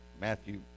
Matthew